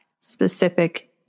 specific